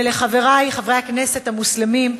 ולחברי חברי הכנסת המוסלמים,